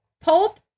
pulp